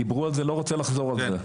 דיברו על זה, אני לא רוצה לחזור על זה.